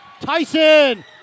Tyson